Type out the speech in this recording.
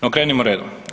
No krenimo redom.